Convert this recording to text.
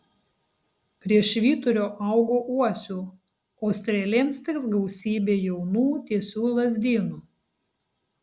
prie švyturio augo uosių o strėlėms tiks gausybė jaunų tiesių lazdynų